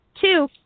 two